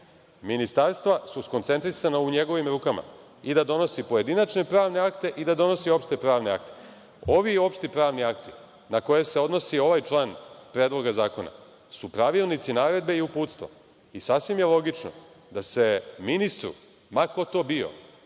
ministarstva su skoncentrisana u njegovim rukama, i da donosi pojedinačne pravne akte i da donosi opšte pravne akte. Ovi opšti pravni akti na koje se odnosi ovaj član Predloga zakona su pravilnici, naredbe i uputstva i sasvim je logično da se ministru, ma ko to bio,